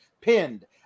pinned